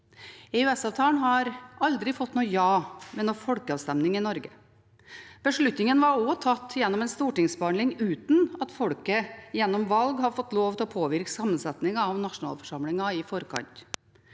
EØS-avtalen har aldri fått noe ja ved noen folkeavstemning i Norge. Beslutningen ble også tatt gjennom en stortingsbehandling uten at folket gjennom valg hadde fått lov til å påvirke sammensetningen av nasjonalforsamlingen i forkant.